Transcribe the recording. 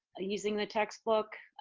ah using the textbook,